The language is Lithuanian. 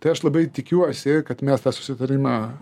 tai aš labai tikiuosi kad mes tą susitarimą